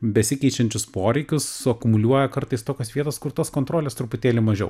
besikeičiančius poreikius suakumuliuoja kartais tokios vietos kur tos kontrolės truputėlį mažiau